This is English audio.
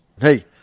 Hey